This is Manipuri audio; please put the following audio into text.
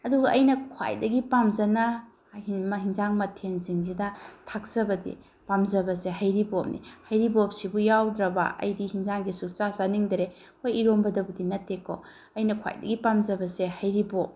ꯑꯗꯨꯒ ꯑꯩꯅ ꯈ꯭ꯋꯥꯏꯗꯒꯤ ꯄꯥꯝꯖꯅ ꯑꯦꯟꯁꯥꯡ ꯃꯊꯦꯜꯁꯤꯡꯁꯤꯗ ꯊꯥꯛꯆꯕꯗꯤ ꯄꯥꯝꯖꯕꯁꯦ ꯍꯩꯔꯤꯕꯣꯞꯅꯤ ꯍꯩꯔꯤꯕꯣꯞꯁꯤꯕꯨ ꯌꯥꯎꯗ꯭ꯔꯕ ꯑꯩꯗꯤ ꯑꯦꯟꯁꯥꯡꯁꯦ ꯁꯨꯡꯆꯥ ꯆꯥꯅꯤꯡꯗ꯭ꯔꯦ ꯍꯣꯏ ꯏꯔꯣꯝꯕꯗꯕꯨꯗꯤ ꯅꯠꯇꯦꯀꯣ ꯑꯩꯅ ꯈ꯭ꯋꯥꯏꯗꯒꯤ ꯄꯥꯝꯖꯕꯁꯦ ꯍꯩꯔꯤꯕꯣꯞ